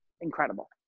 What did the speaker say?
incredible